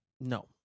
No